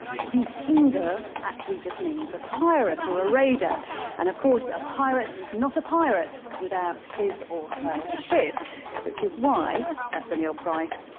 vikingur actually just means a pirate or a raider and of course a pirate is not a pirate without his or her ship which is why, professor neal price,